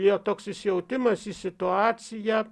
jo toks įsijautimas į situaciją